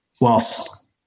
whilst